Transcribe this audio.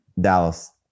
Dallas